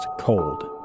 Cold